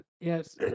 yes